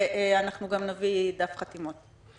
אנחנו גם נביא דף חתימות.